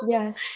Yes